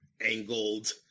angled